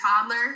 toddler